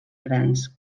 grans